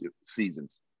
seasons